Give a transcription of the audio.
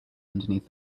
underneath